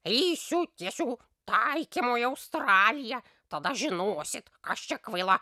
eisiu tiesiu taikymu į australiją tada žinosit kas čia kvaila